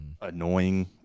annoying